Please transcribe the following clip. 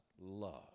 love